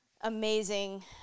amazing